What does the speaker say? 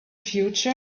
future